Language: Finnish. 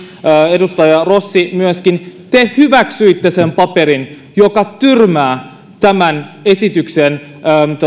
edustaja rossi myöskin te hyväksyitte sen paperin joka tyrmää tämän esityksen